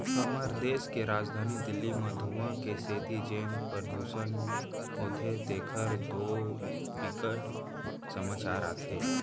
हमर देस के राजधानी दिल्ली म धुंआ के सेती जेन परदूसन होथे तेखर तो बिकट समाचार आथे